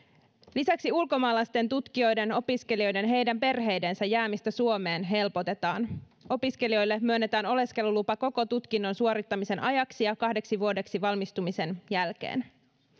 lisäksi ulkomaalaisten tutkijoiden opiskelijoiden heidän perheidensä jäämistä suomeen helpotetaan opiskelijoille myönnetään oleskelulupa koko tutkinnon suorittamisen ajaksi ja kahdeksi vuodeksi valmistumisen jälkeen